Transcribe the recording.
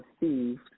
received